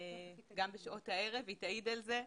גם בשעות הערב, היא תעיד על זה,